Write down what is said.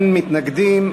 אין מתנגדים.